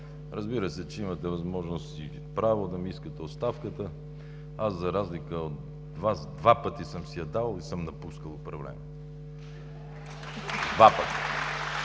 разбира се, че имате възможност и право да ми искате оставката. Аз, за разлика от Вас, два пъти съм си я давал и съм напускал управлението.